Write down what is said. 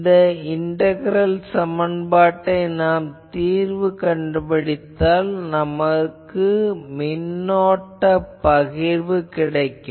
இந்த இண்டகரல் சமன்பாட்டை தீர்த்தால் நமக்கு மின்னோட்ட பகிர்வு கிடைக்கும்